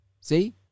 See